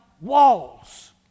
walls